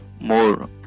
more